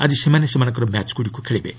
ଆଜି ସେମାନେ ସେମାନଙ୍କର ମ୍ୟାଚ୍ଗୁଡ଼ିକ ଖେଳିବେ